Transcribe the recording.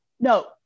No